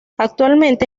actualmente